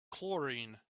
chlorine